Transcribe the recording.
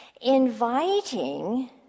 inviting